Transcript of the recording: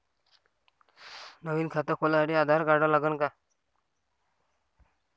नवीन खात खोलासाठी आधार कार्ड लागन का?